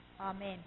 Amen